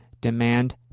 demand